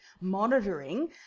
monitoring